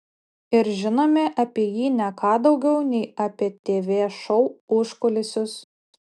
ir žinome apie jį ne ką daugiau nei apie tv šou užkulisius